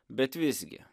bet visgi